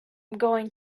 going